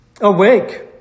awake